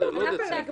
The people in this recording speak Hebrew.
לא דצמבר.